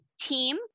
team